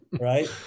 right